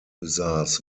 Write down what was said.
besaß